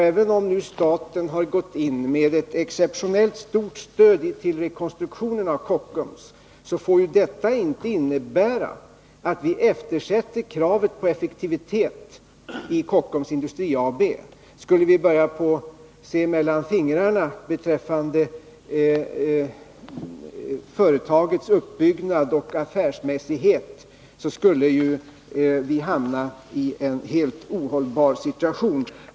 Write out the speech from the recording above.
Även om nu staten har gått in med exceptionellt stort stöd till rekonstruktionen av Kockums, får detta inte innebära att vi eftersätter kravet på effektivitet i Kockums Industri AB. Skulle vi börja se mellan fingrarna med företagets uppbyggnad och affärsmässighet, skulle vi ju hamna i en helt ohållbar situation.